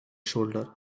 shoulder